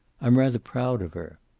i'm rather proud of her.